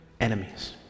enemies